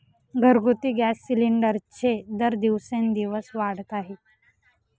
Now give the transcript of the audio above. घरगुती गॅस सिलिंडरचे दर दिवसेंदिवस वाढत आहेत